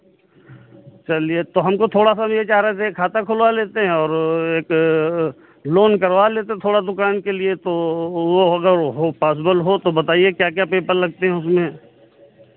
चलिए तो हमको थोड़ा सा हम ये चाह रहे थे खाता खुलवा लेते हैं और एक लोन करवा लेते थोड़ा दुकान के लिए तो वो अगर हो पॉसिबल हो तो बताइए क्या क्या पेपर लगते हैं उसमें